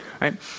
right